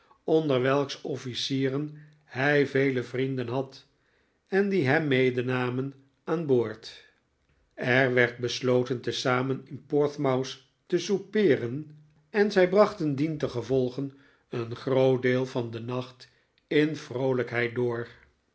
onder welks officieren hij vele vrienden had en die hem medenamen aan boord er werd besloten te zamen in portsmouth te soupeeren en zij brachten dientengevolge een groot deel van den nacht in vroolijkheid door